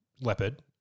leopard